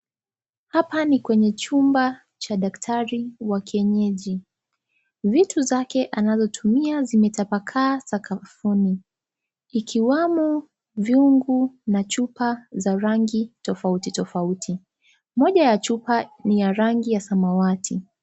Hapa ni kwenye chumba cha daktari wa kienyeji, vitu zake anazotumia zimetapakaa sakafuni zikiwemo vyungu na chupa yenye rangi tofauti tofauti moja ya chupa ina rangi ya samawati.